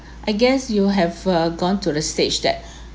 I guess you have uh gone to the stage that